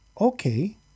okay